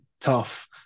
tough